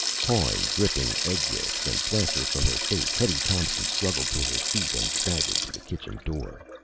pawing dripping egg yokes and plaster from her face, hetty thompson struggled to her feet and staggered to the kitchen door.